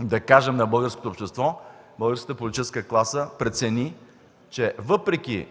да кажем на българското общество, че българската политическа класа прецени, че въпреки